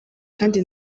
kandi